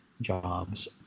jobs